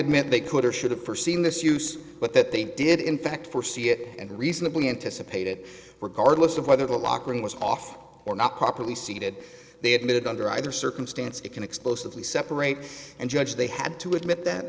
admit they could or should have forseen this use but that they did in fact foresee it and reasonably anticipate it regardless of whether the lock ring was off or not properly seated they admitted under either circumstance it can explosive we separate and judged they had to admit that